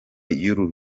y’uru